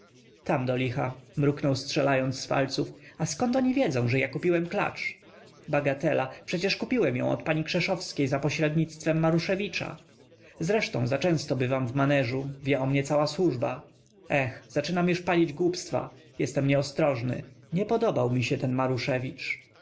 tam do licha mruknął strzelając z palców a zkąd oni wiedzą że ja kupiłem klacz bagatela przecież kupiłem ją od pani krzeszowskiej za pośrednictwem maruszewicza zresztą zaczęsto bywam w maneżu wie o mnie cała służba eh zaczynam już palić głupstwa jestem nieostrożny nie podobał mi się ten